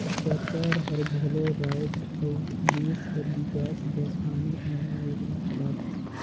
सरकार हर घलो राएज अउ देस कर बिकास बर आने आने योजना चलाथे